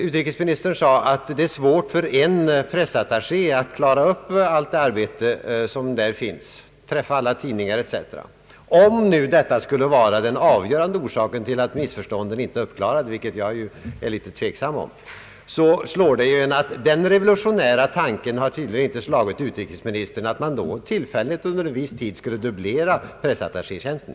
Utrikesministern sade att det är svårt för en pressattaché att klara upp allt arbete, träffa alla tidningsmän etc. Om nu detta skulle vara den avgörande orsaken till att missförstånden inte är uppklarade, vilket jag ifrågasätter, så har den revolutionära tanken tydligen inte slagit utrikesministern att man tillfälligt kunde dubblera pressattachétjänsten.